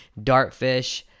Dartfish